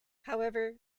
however